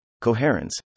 coherence